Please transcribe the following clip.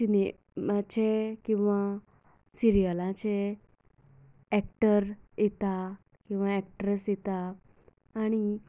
सिनेमाचे किंवा सिरियलाचे एक्टर येता किंवा एक्ट्रेस येता आनी